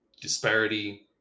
disparity